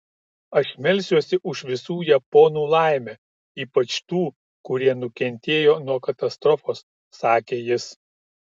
aš melsiuosi už visų japonų laimę ypač tų kurie nukentėjo nuo katastrofos sakė jis